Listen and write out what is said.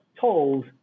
told